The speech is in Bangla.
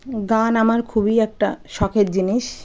গান আমার খুবই একটা শখের জিনিস